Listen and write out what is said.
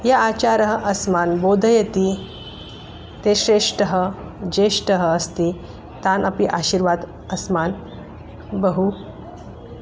ये आचाराः अस्मान् बोधयति ते श्रेष्ठाः ज्येष्ठाः अस्ति तान् अपि आशीर्वादम् अस्मान् बहु